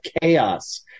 chaos